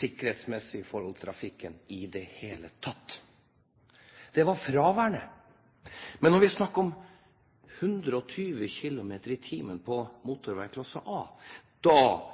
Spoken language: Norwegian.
sikkerhetsmessige forholdene i trafikken i det hele tatt, var fraværende. Men når vi snakker om 120 km/t på motorvei klasse A,